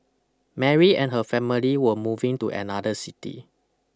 Mary and her family were moving to another city